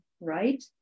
right